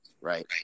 right